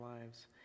lives